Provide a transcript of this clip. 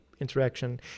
interaction